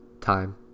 time